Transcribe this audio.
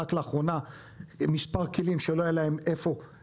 רק לאחרונה מספר כלים שלא היה להם איפה